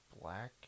Black